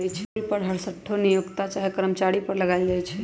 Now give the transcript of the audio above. payroll कर हरसठ्ठो नियोक्ता चाहे कर्मचारी पर लगायल जाइ छइ